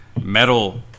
metal